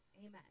amen